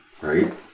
Right